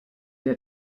der